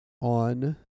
on